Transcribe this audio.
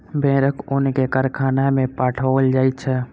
भेड़क ऊन के कारखाना में पठाओल जाइत छै